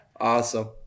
Awesome